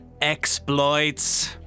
exploits